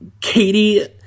katie